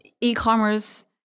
e-commerce